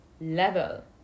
level